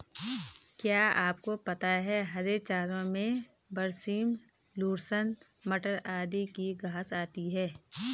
क्या आपको पता है हरे चारों में बरसीम, लूसर्न, मटर आदि की घांस आती है?